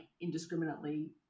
indiscriminately